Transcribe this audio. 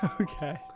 Okay